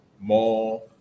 more